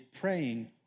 praying